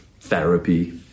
therapy